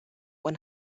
one